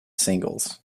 singles